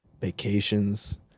Vacations